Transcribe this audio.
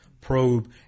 probe